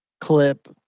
clip